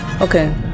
Okay